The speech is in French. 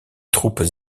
troupes